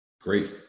Great